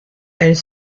elle